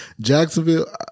jacksonville